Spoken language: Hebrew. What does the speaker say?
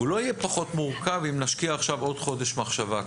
הוא לא יהיה פחות מורכב אם נשקיע עכשיו עוד חודש מחשבה.